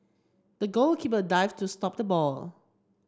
the goalkeeper dived to stop the ball